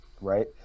Right